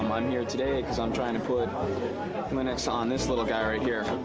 um i'm here today cause i'm trying to put linux on this little guy right here.